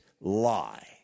lie